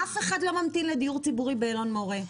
אף אחד לא ממתין לדיור ציבורי באלון מורה,